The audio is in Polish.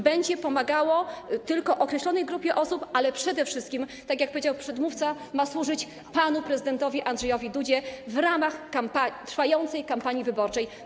Będzie pomagało tylko określonej grupie osób, ale przede wszystkim, tak jak powiedział przedmówca, ma służyć panu prezydentowi Andrzejowi Dudzie w ramach trwającej kampanii wyborczej.